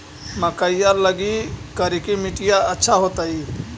मकईया लगी करिकी मिट्टियां अच्छा होतई